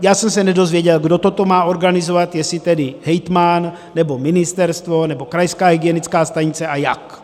Já jsem se nedozvěděl, kdo toto má organizovat, jestli tedy hejtman, nebo ministerstvo, nebo krajská hygienická stanice, a jak.